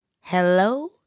hello